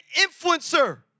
influencer